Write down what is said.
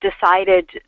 decided